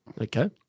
Okay